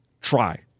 try